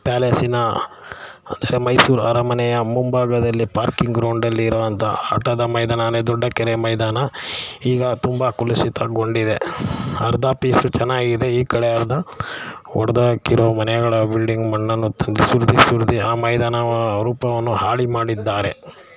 ಪ್ಯಾಲೇಸಿನ ಅಂದರೆ ಮೈಸೂರು ಅರಮನೆಯ ಮುಂಭಾಗದಲ್ಲಿ ಪಾರ್ಕಿಂಗ್ ಗ್ರೌಂಡಲ್ಲಿ ಇರುವಂಥ ಆಟದ ಮೈದಾನವೇ ದೊಡ್ಡ ಕೆರೆ ಮೈದಾನ ಈಗ ತುಂಬ ಕುಲುಷಿತಗೊಂಡಿದೆ ಅರ್ಧ ಪೀಸು ಚೆನ್ನಾಗಿದೆ ಈ ಕಡೆ ಅರ್ಧ ಒಡ್ದಾಕಿರೋ ಮನೆಗಳ ಬಿಲ್ಡಿಂಗ್ ಮಣ್ಣನ್ನು ತಂದು ಸುರಿದು ಸುರಿದೂ ಆ ಮೈದಾನ ರೂಪವನ್ನು ಹಾಳು ಮಾಡಿದ್ದಾರೆ